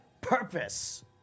purpose